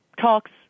talks